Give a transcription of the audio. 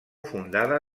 fundada